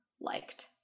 liked